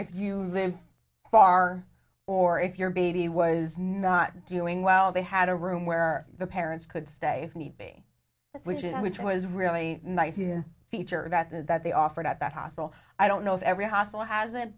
if you lived far or if your baby was not doing well they had a room where the parents could stay need be which is which was really nice here feature about that that they offered at that hospital i don't know if every hospital has